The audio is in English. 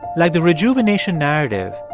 like the rejuvenation narrative,